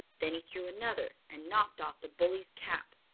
then he threw another and knocked off the bully's cap.